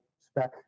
spec